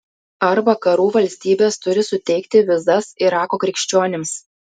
ar vakarų valstybės turi suteikti vizas irako krikščionims